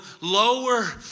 lower